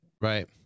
Right